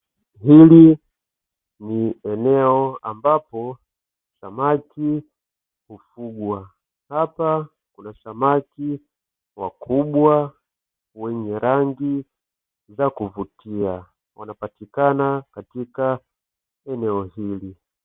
Hili ni eneo ambapo samaki hufugwa. Hapa kuna samaki wakubwa wenye rangi za kuvutia wanapatikana katika eneo hili.